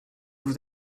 vous